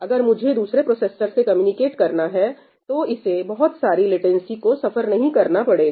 अगर मुझे दूसरे प्रोसेसर से कम्युनिकेट करना है तो इसे बहुत सारी लेटेंसी को सफर नहीं करना पड़ेगा